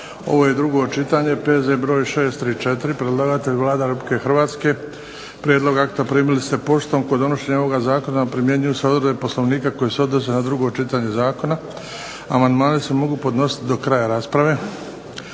drugo čitanje, P.Z. broj 634 Predlagatelj Vlada Republike Hrvatske. Prijedlog akta primili ste poštom. Kod donošenja ovog zakona primjenjuju se odredbe Poslovnika koje se odnose na drugo čitanje zakona. Amandmani se mogu podnositi do kraja rasprave.